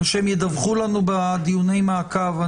ושהם ידווחו לנו בדיוני המעקב,